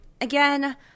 Again